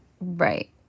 right